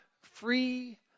free